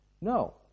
No